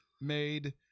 made